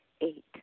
Eight